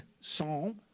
psalm